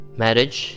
marriage